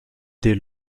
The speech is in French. dès